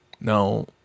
Now